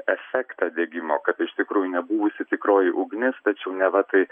efektą degimo kad iš tikrųjų nebuvusi tikroji ugnis tačiau neva tai